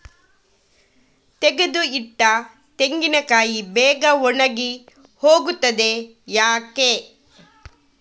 ತೆಗೆದು ಇಟ್ಟ ತೆಂಗಿನಕಾಯಿ ಬೇಗ ಒಣಗಿ ಹೋಗುತ್ತದೆ ಯಾಕೆ?